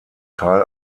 teil